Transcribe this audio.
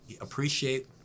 appreciate